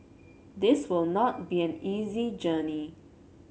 this will not be an easy journey